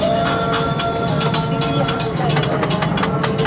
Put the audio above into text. ಬೇಜ ಭಾಳ ದಿನ ಇಡಬೇಕಾದರ ಎಷ್ಟು ಹಸಿ ಇರಬೇಕು?